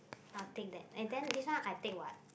I'll take that and then this one I take what